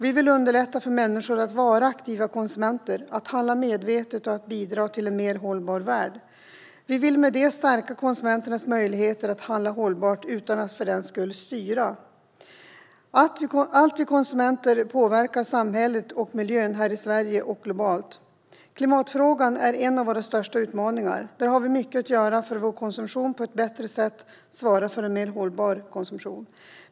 Vi vill underlätta för människor att vara aktiva konsumenter, handla medvetet och bidra till en mer hållbar värld. Vi vill med det stärka konsumenternas möjligheter att handla hållbart utan att för den skull styra. Allt vi konsumerar påverkar samhället och miljön här i Sverige och globalt. Klimatfrågan är en av våra största utmaningar. Vi har mycket att göra för att göra vår konsumtion mer hållbar.